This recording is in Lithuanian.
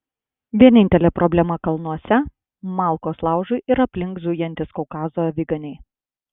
vienintelė problema kalnuose malkos laužui ir aplink zujantys kaukazo aviganiai